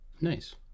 Nice